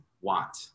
want